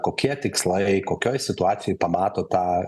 kokie tikslai kokioj situacijoj pamato tą